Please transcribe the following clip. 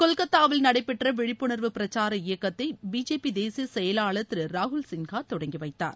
கொல்கத்தாவில் நடைபெற்ற விழிப்புணர்வு பிரச்சார இயக்கத்தை பிஜேபி தேசிய செயலாளர் திரு ராகுல் சின்ஹா தொடங்கி வைத்தார்